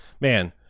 man